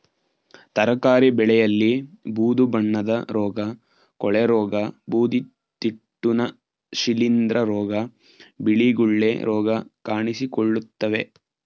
ತರಕಾರಿ ಬೆಳೆಯಲ್ಲಿ ಬೂದು ಬಣ್ಣದ ರೋಗ, ಕೊಳೆರೋಗ, ಬೂದಿತಿಟ್ಟುನ, ಶಿಲಿಂದ್ರ ರೋಗ, ಬಿಳಿ ಗುಳ್ಳೆ ರೋಗ ಕಾಣಿಸಿಕೊಳ್ಳುತ್ತವೆ